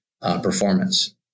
performance